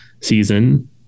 season